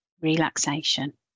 relaxation